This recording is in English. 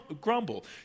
grumble